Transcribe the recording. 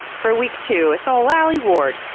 for week two, it's ol' alie ward.